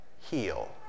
heal